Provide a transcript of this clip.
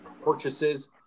purchases